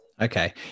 Okay